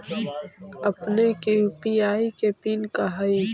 अपने के यू.पी.आई के पिन का हई